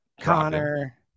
Connor